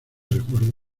resguardo